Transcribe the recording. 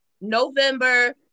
November